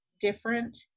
different